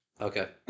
Okay